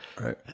Right